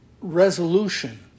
resolution